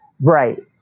Right